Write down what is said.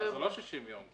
זה לא 60 יום.